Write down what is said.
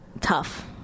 Tough